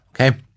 Okay